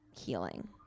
healing